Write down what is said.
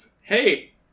Hey